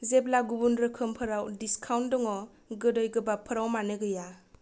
जेब्ला गुबुन रोखोमफोराव डिसकाउन्ट दङ गोदै गोबाबफोराव मानो गैया